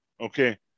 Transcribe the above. okay